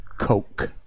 Coke